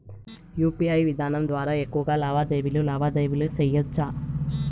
UPI విధానం ద్వారా ఎక్కువగా లావాదేవీలు లావాదేవీలు సేయొచ్చా?